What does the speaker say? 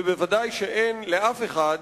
וודאי שאין לאף אחד,